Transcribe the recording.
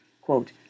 Quote